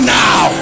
now